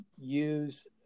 use